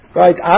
right